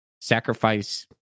sacrifice